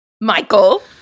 Michael